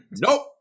Nope